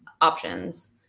options